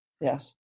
yes